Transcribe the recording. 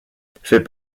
fait